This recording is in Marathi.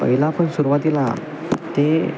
पहिला आपण सुरुवातीला ते